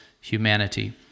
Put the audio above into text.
humanity